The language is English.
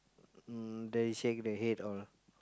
mm then he shake the head all